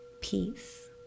Peace